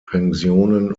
pensionen